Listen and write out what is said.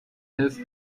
ist